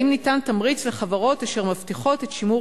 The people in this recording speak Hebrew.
האם ניתן תמריץ לחברות אשר מבטיחות את השימור